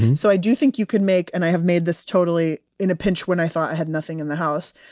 and so i do think you could make, and i have made this totally in a pinch when i thought i had nothing in the house.